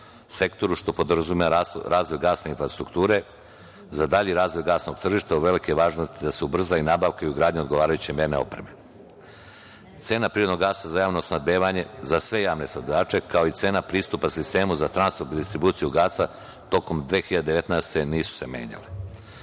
sektoru, što podrazumeva razvoj gasne infrastrukture. Za dalji razvoj gasnog tržišta od velike je važnosti da se ubrza i nabavka i ugradnja odgovarajuće merne opreme. Cena prirodnog gasa za javno snabdevanje za sve javne snabdevače, kao i cena pristupa sistemu za transport i distribuciju gasa tokom 2019. godine nisu se menjale.